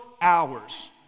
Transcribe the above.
hours